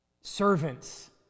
Servants